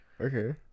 okay